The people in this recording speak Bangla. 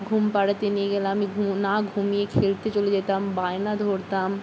ঘুম পাড়াতে নিয়ে গেলে আমি ঘুমো না ঘুমিয়ে খেলতে চলে যেতাম বায়না ধরতাম